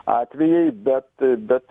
atvejai bet bet